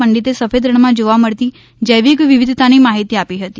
પંડિતે સફેદ રણમાં જોવા મળતી જૈવિક વિવિધતાની માહિતી આપી હતી